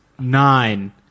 Nine